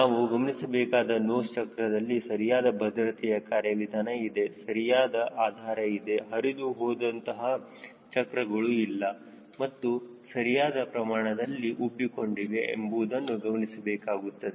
ನಾವು ಗಮನಿಸಬೇಕಾದ ನೋಸ್ ಚಕ್ರದಲ್ಲಿ ಸರಿಯಾದ ಭದ್ರತೆಯ ಕಾರ್ಯವಿಧಾನ ಇದೆ ಸರಿಯಾದ ಆಧಾರ ಇದೆ ಹರಿದು ಹೋದಂತಹ ಚಕ್ರಗಳು ಇಲ್ಲ ಮತ್ತು ಸರಿಯಾದ ಪ್ರಮಾಣದಲ್ಲಿ ಉಬ್ಬಿಕೊಂಡಿವೆ ಎಂಬುವುದನ್ನು ಗಮನಿಸಬೇಕಾಗುತ್ತದೆ